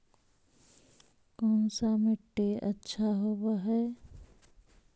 कोन सा मिट्टी अच्छा होबहय?